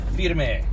Firme